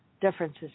differences